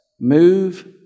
move